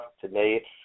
Today